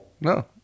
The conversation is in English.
No